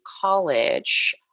college